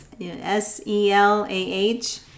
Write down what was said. S-E-L-A-H